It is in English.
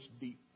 deep